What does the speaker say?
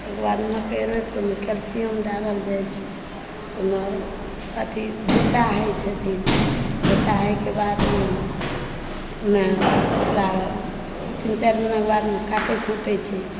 तकर बाद मकइ रोपिकऽ ओहिमे कैल्शियम दै छै फेर भुटा होइ छथिन भुटा होए के बादमे दू चारि महीनामे काटै कुटै छै